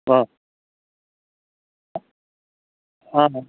ஆ ஆமாம்